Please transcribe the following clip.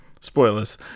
Spoilers